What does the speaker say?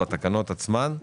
בתקנות עצמן,